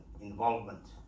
involvement